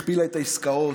הכפילה את העסקאות,